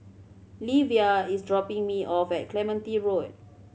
Livia is dropping me off at Clementi Road